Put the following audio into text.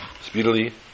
speedily